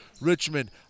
Richmond